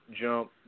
jump